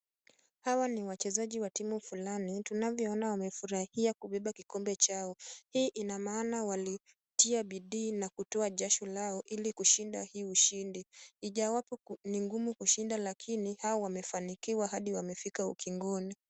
Hawa ni wachezaji wa timu fulani, tunavyoona wamefurahia kubeba kikombe chao. Hii ina maana walitia bidii na kutoa jasho lao ili kushinda hii ushindi. Ijawapo ni ngumu kushinda, lakini hao wamefanikiwa hadi wamefika ukingoni.